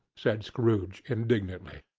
said scrooge indignantly,